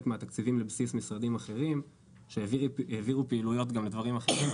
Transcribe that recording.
מהתקציבים לבסיס משרדים אחרים שהעבירו פעילויות גם לדברים אחרים.